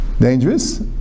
dangerous